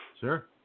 Sure